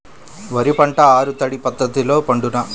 వరి పంట ఆరు తడి పద్ధతిలో పండునా?